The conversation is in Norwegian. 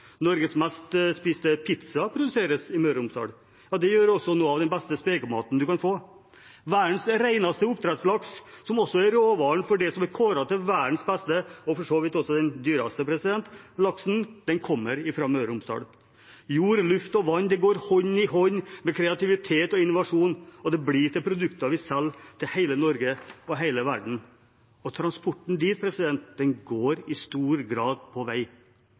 Norges mest spiste pizza produseres i Møre og Romsdal. Det gjør også noe av den beste spekematen man kan få. Verdens reneste oppdrettslaks, som også er råvaren for det som er kåret til verdens beste laks – for så vidt også den dyreste – kommer fra Møre og Romsdal. Jord, luft og vann går hånd i hånd med kreativitet og innovasjon, og det blir til produkter vi selger til hele Norge og hele verden – og transporten dit går i stor grad på vei.